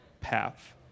path